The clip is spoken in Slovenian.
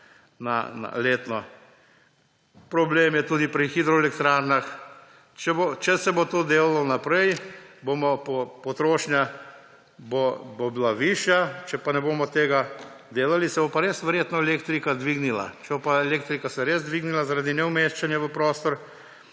letno. Problem je tudi pri hidroelektrarnah. Če se bo to delalo naprej, bo potrošnja bila višja, če pa ne bomo tega delali, se bo pa res verjetno elektrika dvignila. Če bo pa elektrika se res dvignila zaradi neumeščanja v prostor,